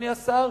אדוני השר,